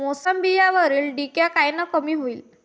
मोसंबीवरील डिक्या कायनं कमी होईल?